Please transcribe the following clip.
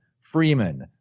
Freeman